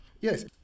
Yes